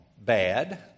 bad